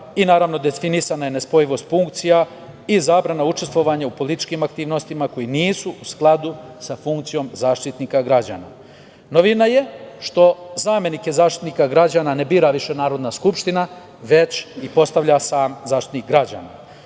i definisana je nespojivost funkcija i zabrana učestvovanja u političkim aktivnostima koje nisu u skladu sa funkcijom zaštitnika građana. Novina je što zamenike Zaštitnika građana ne bira više Narodna skupština, već ih postavlja sam Zaštitnik građana.